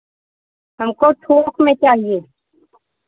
हमको थौक में चाहिए